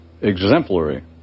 exemplary